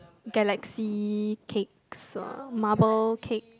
galaxy cakes or marble cake